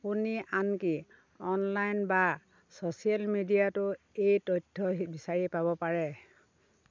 আপুনি আনকি অনলাইন বা ছ'চিয়েল মিডিয়াতো এই তথ্য হি বিচাৰি পাব পাৰে